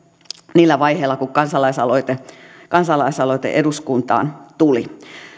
niillä vaiheilla kun kansalaisaloite kansalaisaloite eduskuntaan tuli